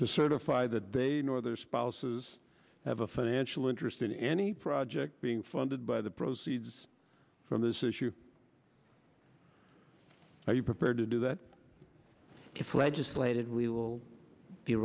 to certify that they nor their spouses have a financial interest in any project being funded by the proceeds from this issue are you prepared to do that if legislated we will be